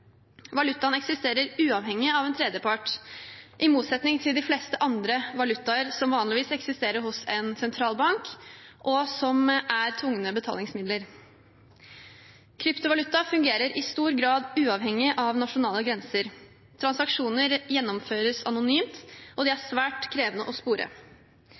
eksisterer uavhengig av en tredjepart, i motsetning til de fleste andre valutaer, som vanligvis eksisterer hos en sentralbank, og som er tvungne betalingsmidler. Kryptovaluta fungerer i stor grad uavhengig av nasjonale grenser. Transaksjoner gjennomføres anonymt, og de er svært krevende å spore.